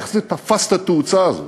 איך זה תפס את התאוצה הזו,